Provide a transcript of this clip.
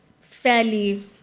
fairly